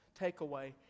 takeaway